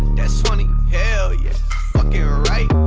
that's funny hell yeah fucking right